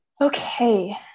Okay